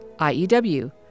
IEW